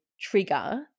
trigger